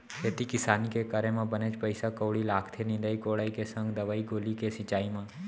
खेती किसानी के करे म बनेच पइसा कउड़ी लागथे निंदई कोड़ई के संग दवई गोली के छिंचाई म